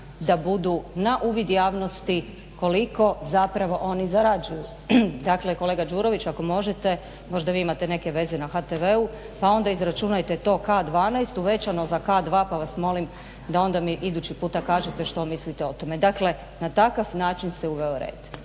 da budu na uvid javnosti koliko oni zarađuju. Dakle kolega Đurović ako možete možda vi imate neke veze na HTV-u pa onda izračunajte to K-12 uvećano za K-2 pa vas onda molim da mi idući puta kažete što mislite o tome. Dakle na takav način se uveo rade,